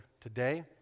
today